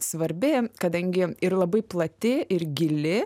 svarbi kadangi ir labai plati ir gili